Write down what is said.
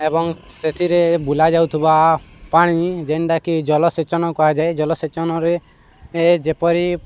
ଏବଂ ସେଥିରେ ବୁଲାଯାଉଥିବା ପାଣି ଯେନ୍ଟାକି ଜଳସେଚନ କୁହାଯାଏ ଜଳସେଚନରେ ଯେପରି